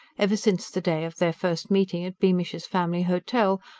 ever since the day of their first meeting at beamish's family hotel,